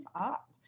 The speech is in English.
up